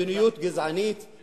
מדיניות גזענית,